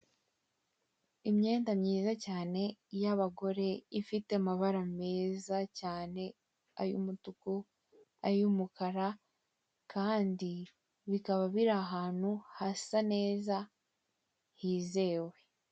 Imyenda myiza cyane y'abagore, ifite amabara meza cyane, ay'umutuku, ay'umukara, kandi bikaba biri ahantu hasa neza hizewe.